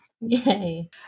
Yay